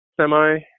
semi